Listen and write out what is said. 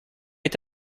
est